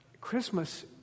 Christmas